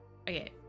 Okay